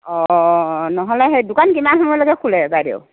অ নহ'লে সেই দোকান কিমান সময়লৈকে খোলে বাইদেউ